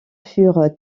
furent